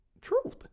truth